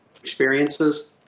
experiences